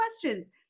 questions